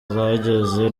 zageze